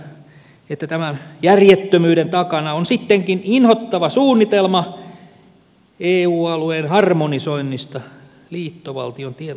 pahoin pelkään että tämän järjettömyyden takana on sittenkin inhottava suunnitelma eu alueen harmonisoinnista liittovaltion tien tasoittamiseksi